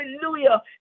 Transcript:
hallelujah